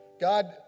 God